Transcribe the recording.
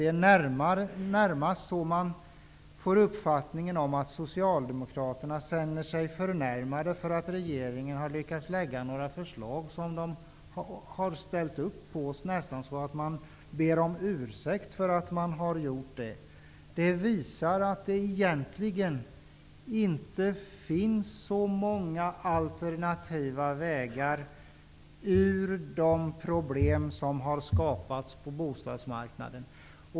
Man får nästan uppfattningen att Socialdemokraterna känner sig förnärmade för att regeringen har lyckats lägga fram några förslag som Socialdemokraterna har ställt upp på. Det är nästan så att man ber om ursäkt för att man har gjort det. Det visar att det egentligen inte finns så många alternativa vägar när man skall ta sig ur de problem som har skapats på bostadsmarknaden.